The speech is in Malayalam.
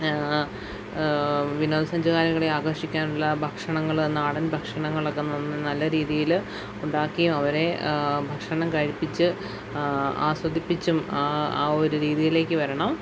വിനോദസഞ്ചാരികളെ ആകർഷിക്കാനുള്ള ഭക്ഷണങ്ങൾ നാടൻ ഭക്ഷണങ്ങളൊക്കെ ന്ന നല്ല രീതിയിൽ ഉണ്ടാക്കി അവരെ ഭക്ഷണം കഴിപ്പിച്ച് ആസ്വദിപ്പിച്ചും ആ ആ ഒരു രീതിയിലേക്കു വരണം